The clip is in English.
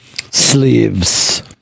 Sleeves